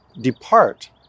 depart